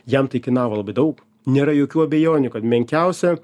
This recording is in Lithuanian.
jam tai kainavo labai daug nėra jokių abejonių kad menkiausia